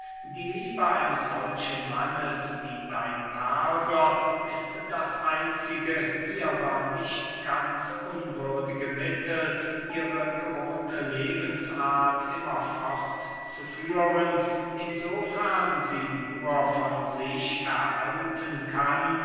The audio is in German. die liebe eines solchen mannes wie dein perser ist das einzige ihrer nicht ganz unwürdige mittel ihre gewohnte lebensart immer fortzuführen in so fern sie nur von sich erhalten kann